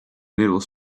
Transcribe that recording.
little